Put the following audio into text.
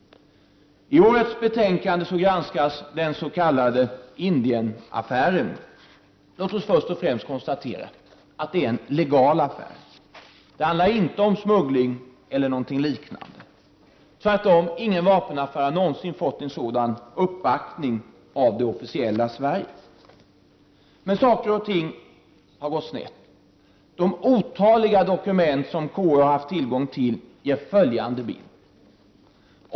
I årets betänkande granskas den s.k. Indienaffären. Låt oss först och främst konstatera att det är en legal affär. Det handlar inte om smuggling eller något liknande. Tvärtom har ingen vapenaffär någonsin fått en sådan uppbackning av det officiella Sverige. Men saker och ting har gått snett. De otaliga dokument som KU har haft tillgång till ger följande bild.